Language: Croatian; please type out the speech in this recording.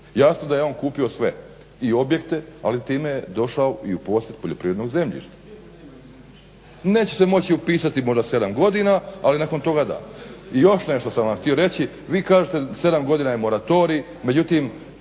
Jasno da je on kupio sve i objekte ali time je došao u posjed poljoprivrednog zemljišta. Neće se moći upisati možda 7 godina ali nakon toga da. I još sam vam htio reći, vi kažete 7 godina je moratorij, međutim